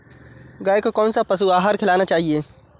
गाय को कौन सा पशु आहार खिलाना चाहिए?